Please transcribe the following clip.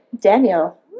Daniel